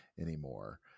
anymore